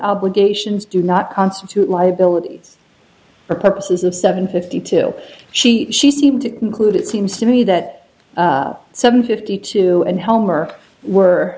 obligations do not constitute liabilities for purposes of seven fifty two she she seemed to include it seems to me that seven fifty two and homer were